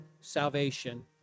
Salvation